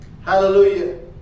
hallelujah